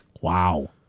Wow